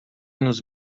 nos